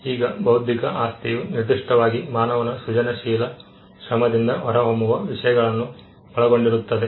ಈಗ ಬೌದ್ಧಿಕ ಆಸ್ತಿಯು ನಿರ್ದಿಷ್ಟವಾಗಿ ಮಾನವನ ಸೃಜನಶೀಲ ಶ್ರಮದಿಂದ ಹೊರಹೊಮ್ಮುವ ವಿಷಯಗಳನ್ನು ಒಳಗೊಂಡಿರುತ್ತದೆ